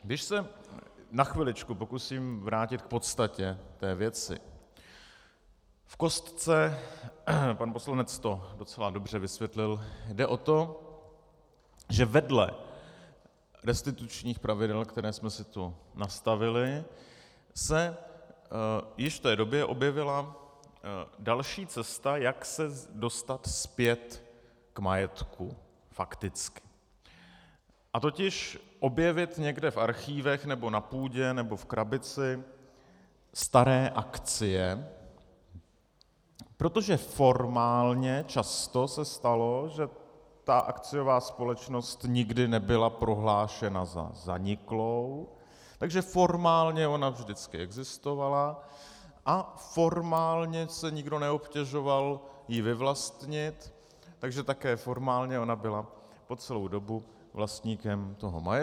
Když se na chviličku pokusím vrátit k podstatě té věci, v kostce pan poslanec to docela dobře vysvětlil jde o to, že vedle restitučních pravidel, která jsme si tu nastavili, se v jisté době objevila další cesta, jak se dostat zpět k majetku fakticky, totiž objevit někde v archivech nebo na půdě nebo v krabici staré akcie, protože formálně často se stalo, že ta akciová společnost nikdy nebyla prohlášena za zaniklou, takže formálně ona vždycky existovala a formálně se nikdo neobtěžoval ji vyvlastnit, takže také formálně ona byla po celou dobu vlastníkem toho majetku.